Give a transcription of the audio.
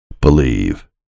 Believe